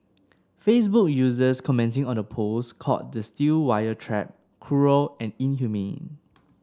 Facebook users commenting on the post called the steel wire trap cruel and inhumane